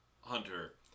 Hunter